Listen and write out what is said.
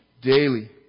daily